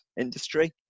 industry